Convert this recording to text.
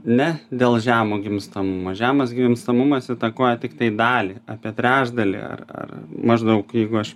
ne dėl žemo gimstamumo žemas gimstamumas įtakoja tiktai dalį apie trečdalį ar ar maždaug jeigu aš